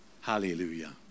hallelujah